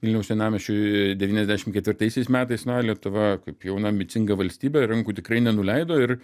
vilniaus senamiesčiui devyniasdešim ketvirtaisiais metais na o lietuva kaip jauna ambicinga valstybė rankų tikrai nenuleido ir